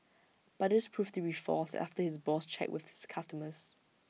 but this proved to be false after his boss checked with the customers